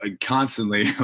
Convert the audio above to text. constantly